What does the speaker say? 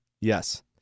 Yes